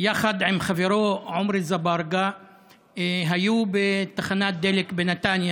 יחד עם חברו עומרי אזברגה היו בתחנת דלק בנתניה